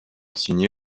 signé